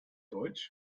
deutsch